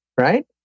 right